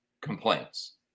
complaints